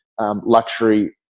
Luxury